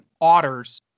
otters